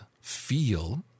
feel